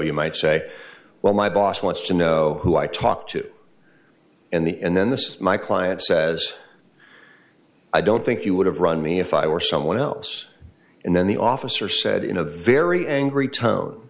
you might say well my boss wants to know who i talked to and the and then this my client says i don't think you would have run me if i were someone else and then the officer said in a very angry to